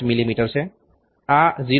મી છે આ 0